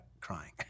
crying